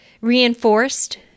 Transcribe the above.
Reinforced